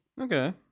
Okay